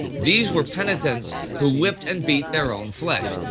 these were penitents who whipped and beat their own flesh.